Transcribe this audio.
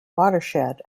watershed